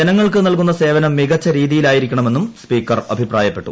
ജനങ്ങൾക്ക് നൽകുന്നസേവനം മികച്ച രീതിയിലായിരിക്കണമെന്നും സ്പീക്കർ അഭിപ്രായപ്പെട്ടു